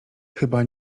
chyba